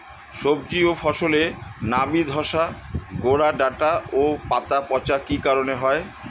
সবজি ও ফসলে নাবি ধসা গোরা ডাঁটা ও পাতা পচা কি কারণে হয়?